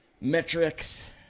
metrics